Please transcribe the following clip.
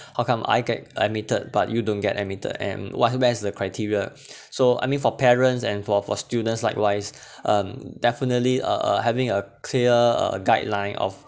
how come I get admitted but you don't get admitted and what base the criteria so I mean for parents and for for students likewise um definitely uh uh having a clear a guideline of